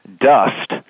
dust